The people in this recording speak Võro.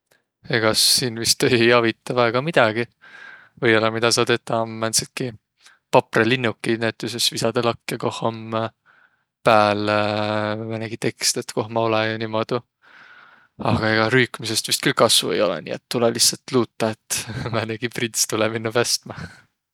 Ega siin vist ei avitaq väega midägi. Võiollaq midä saa tetäq om määndsitki paprõlinnukiid visadaq lakja koh om pääl määnegi tekst, et koh ma olõ ja niimuudu. Aga ega rüükmisest vist küll kassu ei olõq. Nii, et tulõ lihtsält luutaq, et määnegi prints tulõ minno pästmä